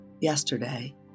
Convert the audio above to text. Yesterday